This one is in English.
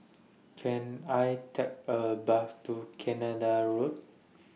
Can I Take A Bus to Canada Road